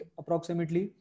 approximately